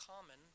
common